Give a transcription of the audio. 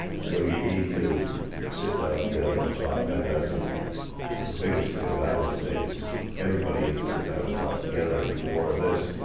so you need to sit down together and talk. i mean, that's ah the biggest thing that i would say is everybody needs to sit down and talk together, and do more of this,